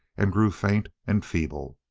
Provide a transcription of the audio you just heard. and grew faint and feeble.